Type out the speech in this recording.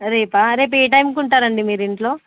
రేపు రేపు ఏ టైంకు ఉంటారండి మీరు ఇంట్లో